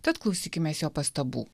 tad klausykimės jo pastabų